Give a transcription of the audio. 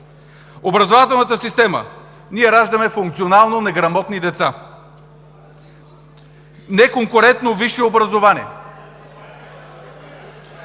Образователната система. Ние раждаме функционално неграмотни деца, неконкурентно висше образование